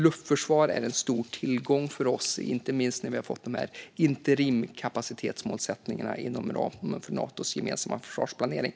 Luftförsvaret är en stor tillgång för oss, inte minst med interimskapacitetsmålen inom ramen för Natos gemensamma försvarsplanering.